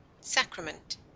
Sacrament